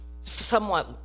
Somewhat